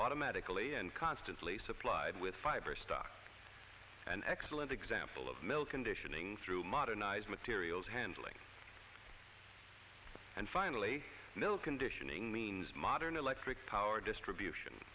automatically and constantly supplied with fiber stock an excellent example of mill conditioning through modernized materials handling and finally mill conditioning means modern electric power distribution